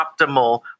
optimal